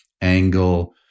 angle